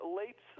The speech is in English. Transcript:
late